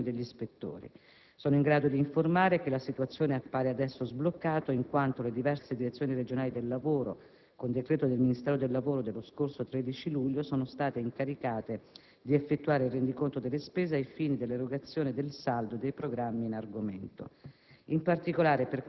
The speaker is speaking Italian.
destinate alle missioni degli ispettori. Sono in grado di informare che la situazione appare adesso sbloccata, in quanto le diverse direzioni regionali del lavoro, con decreto del Ministro del lavoro dello scorso 13 luglio, sono state incaricate di effettuare il rendiconto delle spese ai fini dell'erogazione del saldo dei programmi in argomento.